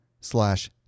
slash